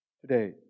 today